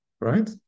Right